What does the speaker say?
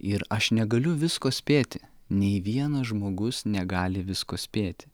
ir aš negaliu visko spėti nei vienas žmogus negali visko spėti